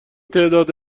تعداد